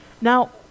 Now